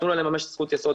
תנו להם לממש זכות יסוד.